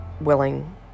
willing